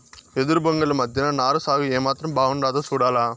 ఎదురు బొంగుల మద్దెన నారు సాగు ఏమాత్రం బాగుండాదో సూడాల